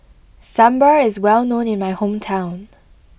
sambar is well known in my hometown